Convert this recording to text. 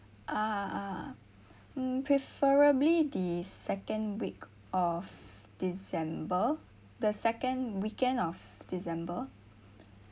ah ah mm preferably the second week of december the second weekend of december